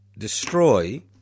Destroy